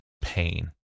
pain